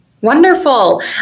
Wonderful